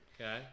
Okay